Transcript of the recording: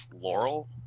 Laurel